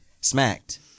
smacked